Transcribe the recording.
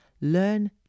Learn